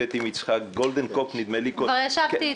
עם יצחק גולדנקופף --- כבר ישבתי איתו.